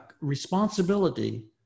responsibility